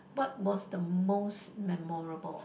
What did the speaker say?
what was the most memorable